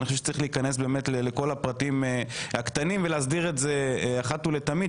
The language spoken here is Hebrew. ואני חושב שצריך להיכנס לכול הפרטים הקטנים ולהסדיר את זה אחת ולתמיד.